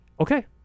Okay